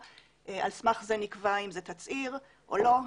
על סמך זה נקבע אם זה תצהיר או לא.